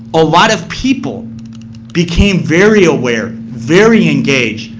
a lot of people became very aware, very engaged.